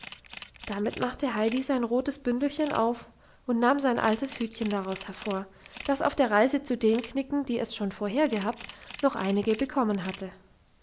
damit machte heidi sein rotes bündelchen auf und nahm sein altes hütchen daraus hervor das auf der reise zu den knicken die es schon vorher gehabt noch einige bekommen hatte